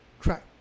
track